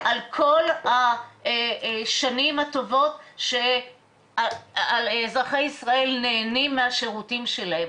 על כל השנים הטובות שאזרחי ישראל נהנים מהשירותים שלהם.